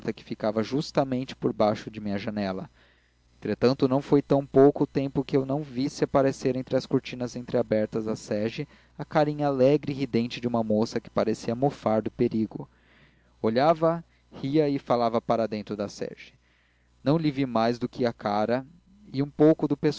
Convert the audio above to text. que ficava justamente por baixo de minha janela entretanto não foi tão pouco o tempo que eu não visse aparecer entre as cortinas entreabertas da sege a carinha alegre e ridente de uma moça que parecia mofar do perigo olhava ria e falava para dentro da sege não lhe vi mais do que a cara e um pouco do